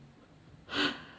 okay